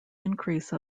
increase